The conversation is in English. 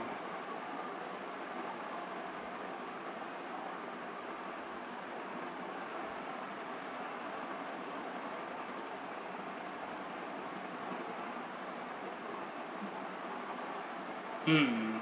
mm